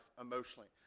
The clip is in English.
emotionally